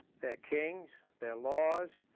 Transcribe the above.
their kings, their laws,